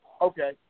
Okay